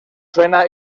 suena